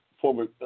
Former